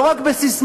לא רק בססמאות,